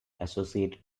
associated